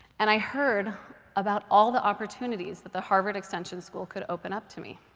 and i heard about all the opportunities that the harvard extension school could open up to me.